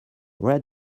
where